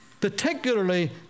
Particularly